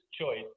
choice